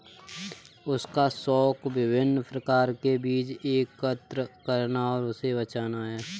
उसका शौक विभिन्न प्रकार के बीज एकत्र करना और उसे बचाना है